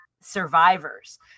survivors